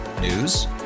News